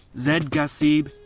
zaid ghasib,